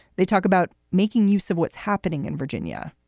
they talk about making use of what's happening in virginia.